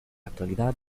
actualidad